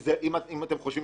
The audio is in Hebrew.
אם אתם חושבים